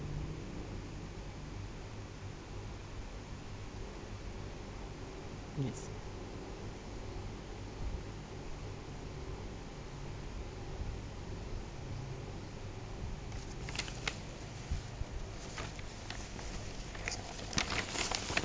yes